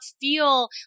feel